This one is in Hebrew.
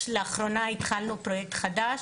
לאחרונה התחלנו פרויקט חדש,